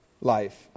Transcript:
life